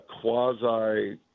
quasi